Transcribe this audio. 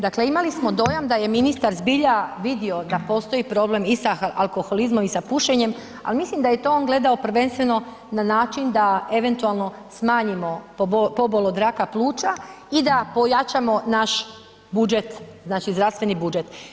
Dakle, imali smo dojam da je ministar zbilja vidio da postoji problem i sa alkoholizmom i sa pušenjem, ali mislim da je to on gledao prvenstveno na način da eventualno smanjimo pobol od raka pluća i da pojačamo naš budžet, znači zdravstveni budžet.